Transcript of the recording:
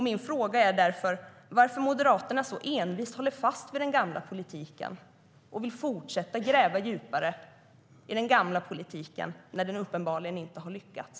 Min fråga är varför Moderaterna så envist håller fast vid den gamla politiken och vill fortsätta gräva djupare där när den uppenbarligen inte har lyckats.